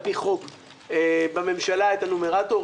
על-פי חוק בממשלה את הנומרטור,